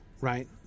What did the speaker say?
right